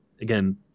again